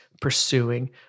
pursuing